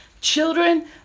Children